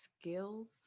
skills